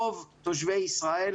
רוב תושבי ישראל,